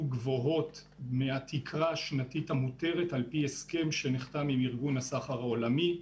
גבוהות מהתקרה השנתית המותרת על-פי הסכם שנחתם עם ארגון הסחר העולמי.